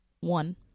one